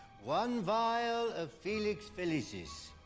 one vial of felix felicis.